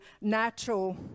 natural